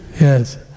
Yes